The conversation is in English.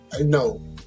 no